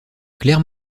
claire